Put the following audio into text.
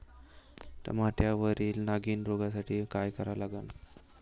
टमाट्यावरील नागीण रोगसाठी काय करा लागन?